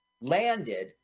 landed